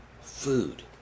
food